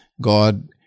God